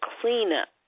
cleanup